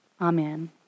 Amen